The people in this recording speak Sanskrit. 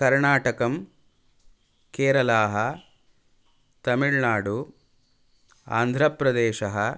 कर्णाटकः केरला तमिलनाडु आन्ध्रप्रदेशः